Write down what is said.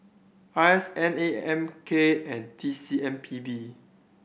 R S N A M K and T C M P B